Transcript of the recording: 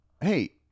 Hey